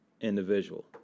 individual